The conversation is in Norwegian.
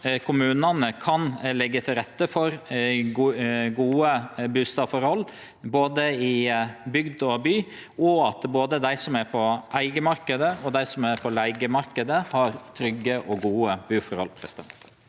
kommunane kan leggje til rette for gode bustadforhold både i bygd og by, og at både dei som er på eigarmarknaden og dei som er på leigemarknaden, har trygge og gode buforhold.